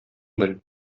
бел